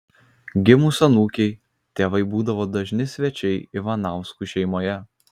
gimus anūkei tėvai būdavo dažni svečiai ivanauskų šeimoje